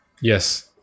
Yes